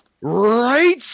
Right